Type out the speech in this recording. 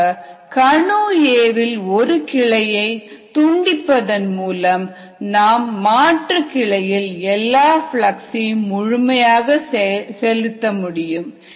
ஆக கணு A வில் ஒரு கிளையை துண்டிப்பதன் மூலம் நாம் மாற்று கிளையில் எல்லா பிளக்ஸ்ம் முழுமையாக செலுத்த முடியும்